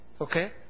Okay